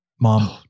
mom